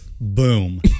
Boom